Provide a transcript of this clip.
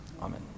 Amen